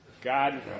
God